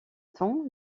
temps